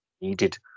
needed